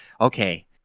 okay